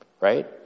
right